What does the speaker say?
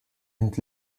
and